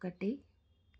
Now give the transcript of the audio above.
ఒకటి